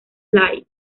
light